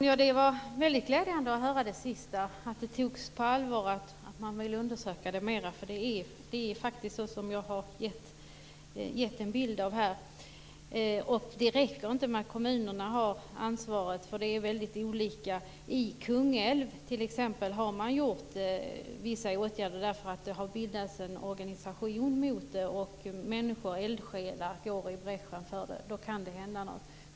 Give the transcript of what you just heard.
Herr talman! Det var glädjande att höra att frågorna tas på allvar och att det skall ske fler undersökningar. Situationen är som den bild jag har givit här. Det räcker inte med att kommunerna har ansvaret. Det är olika i olika kommuner. I Kungälv har man vidtagit vissa åtgärder. Det har bildats en organisation. Eldsjälar går i bräschen för dessa frågor. Då kan det hända något.